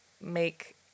make